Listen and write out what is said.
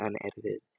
unedited